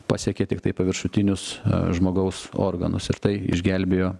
pasiekė tiktai paviršutinius žmogaus organus ir tai išgelbėjo